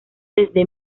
desde